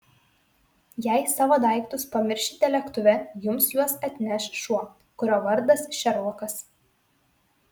jei savo daiktus pamiršite lėktuve jums juos atneš šuo kurio vardas šerlokas